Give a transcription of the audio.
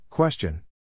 Question